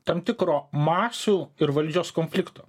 tam tikro masių ir valdžios konflikto